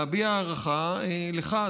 להביע הערכה לך,